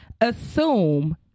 assume